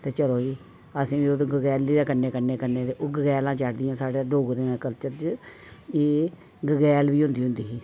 ते चलो जी ते असें बी ओह्दे गगैली दे कन्नै कन्नै ते ओह् गगैलां चढ़दियां साढ़े डोगरें दे कल्चर च एह् गगैल बी होंदी ही